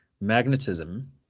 magnetism